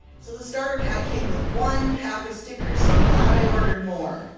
so the starter pack came with one pack of stickers, so i'm glad i ordered more.